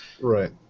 Right